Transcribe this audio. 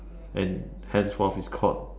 and henceforth is called